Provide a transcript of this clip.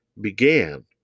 began